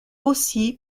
aussi